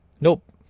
Nope